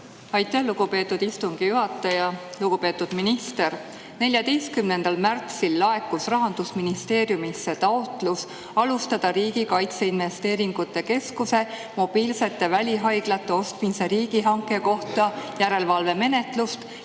Aitäh, lugupeetud istungi juhataja! Lugupeetud minister! 14. märtsil laekus Rahandusministeeriumisse taotlus alustada Riigi Kaitseinvesteeringute Keskuse mobiilsete välihaiglate ostmise riigihanke kohta järelevalvemenetlust ja